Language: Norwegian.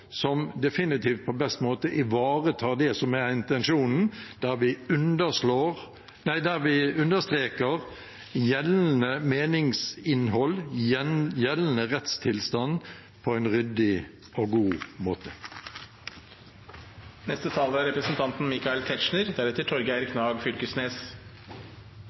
som definitivt på best måte ivaretar det som er intensjonen, der vi understreker gjeldende meningsinnhold, gjeldende rettstilstand, på en ryddig og god måte. Det var i grunnen representanten